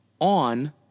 on